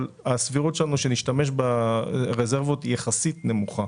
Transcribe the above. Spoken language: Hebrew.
הסבירות שלנו שנשתמש ברזרבות היא יחסית נמוכה.